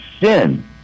sin